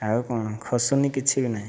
ଆଉ କ'ଣ ଖସୁନାହିଁ କିଛି ବି ନାହିଁ